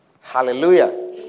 Hallelujah